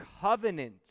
covenant